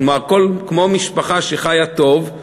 כלומר, כמו משפחה שחיה טוב,